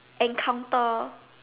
encounter